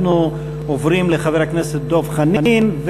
אנחנו עוברים לחבר הכנסת דב חנין,